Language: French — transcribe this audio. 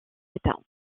état